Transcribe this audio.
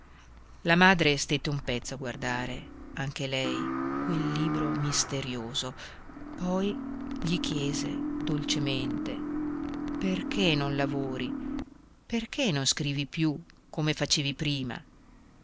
la madre stette un pezzo a guardare anche lei quel libro misterioso poi gli chiese dolcemente perché non lavori perché non scrivi più come facevi prima